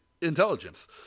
intelligence